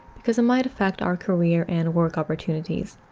because it might affect our career and work opportunities.